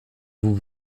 vous